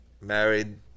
married